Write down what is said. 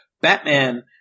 Batman